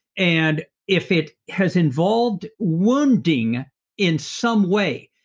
and if it has involved wounding in some way,